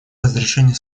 разрешение